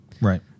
right